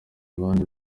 abandi